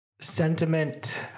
sentiment